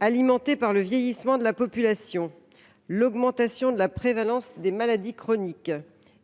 Alimentée par le vieillissement de la population, l’augmentation de la prévalence des maladies chroniques